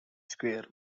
square